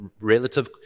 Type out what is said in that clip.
relative